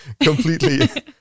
completely